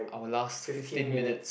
our last fifteen minutes